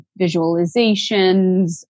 visualizations